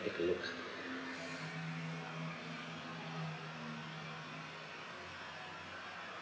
take a looks